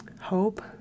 hope